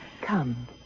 Come